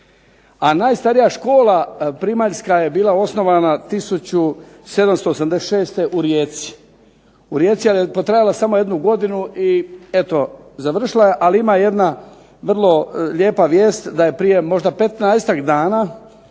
A najstarija škola primaljska je bila osnovana 1786. u Rijeci, ali je potrajala samo jednu godinu i eto završila je, ali ima jedna vrlo lijepa vijest, da je prije možda 15-tak dana